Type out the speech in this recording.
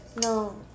No